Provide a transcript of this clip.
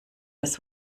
des